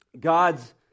God's